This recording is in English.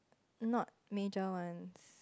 not major ones